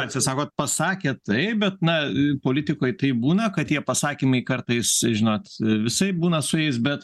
atsisakot pasakė taip bet na politikoj taip būna kad tie pasakymai kartais žinot visaip būna su jais bet